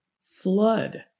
flood